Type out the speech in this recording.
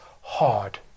hard